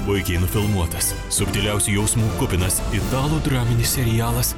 puikiai nufilmuotas subtiliausių jausmų kupinas italų draminis serialas